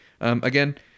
Again